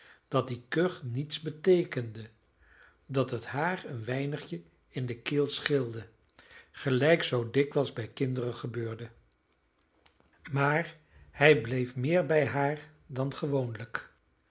was dat die kuch niets beteekende dat het haar een weinigje in de keel scheelde gelijk zoo dikwijls bij kinderen gebeurde maar hij bleef meer bij haar dan gewoonlijk